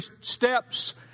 steps